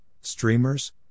streamers